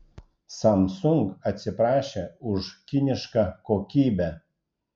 samsung atsiprašė už kinišką kokybę